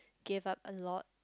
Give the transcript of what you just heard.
gave up a lot